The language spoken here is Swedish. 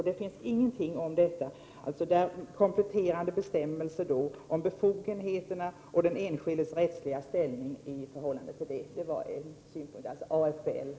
Det finns ingenting om detta, dvs. kompletterande bestämmelser om befogenheter och den enskildes rättsliga ställning i förhållande till dessa befogenheter.